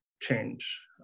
change